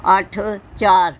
ਅੱਠ ਚਾਰ